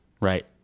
right